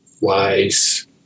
wise